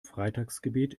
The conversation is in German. freitagsgebet